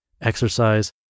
exercise